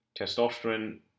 testosterone